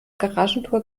garagentor